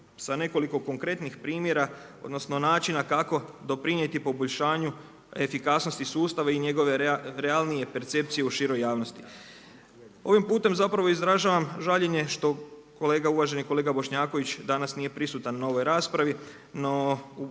sa nekoliko konkretnih primjera, odnosno načina kako doprinijeti poboljšanju efikasnosti sustava i njegove realnije percepcije u široj javnosti. Ovim putem zapravo izražavam žaljenje što uvaženi kolega Bošnjaković danas nije prisutan na ovoj raspravi,